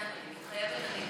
מתחייבת אני.